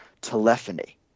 telephony